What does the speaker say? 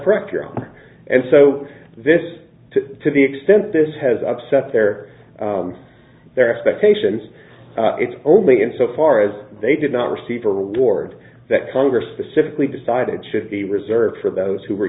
correct and so this to the extent this has upset their their expectations it's only in so far as they did not receive a reward that congress specifically decided should be reserved for those who